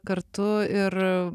kartu ir